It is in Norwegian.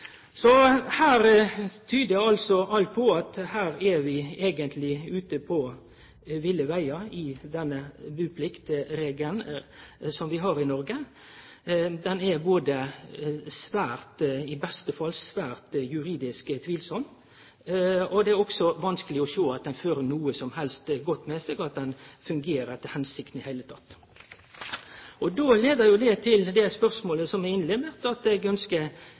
tyder altså på at vi eigentleg er ute på ville vegar med den bupliktregelen vi har i Noreg. Han er i beste fall svært juridisk tvilsam, og det er også vanskeleg å sjå at han fører noko som helst godt med seg, eller at han fungerer etter hensikten i det heile. Det leier til det spørsmålet som eg innleidde med, at